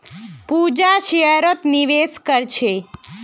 पूजा शेयरत निवेश कर छे